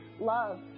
love